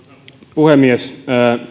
puhemies